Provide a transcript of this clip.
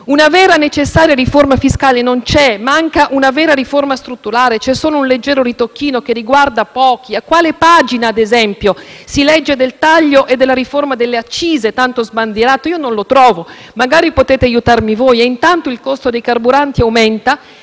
una vera e necessaria riforma fiscale non c'è e manca una vera riforma strutturale: c'è solo un leggero ritocchino, che riguarda pochi. A quale pagina, ad esempio, si legge del taglio e della riforma delle accise, tanto sbandierato? Io non lo trovo; magari potete aiutarmi voi. Ma intanto il costo dei carburanti aumenta